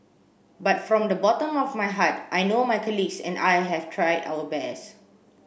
but from the bottom of my heart I know my colleagues and I have tried our best